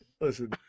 Listen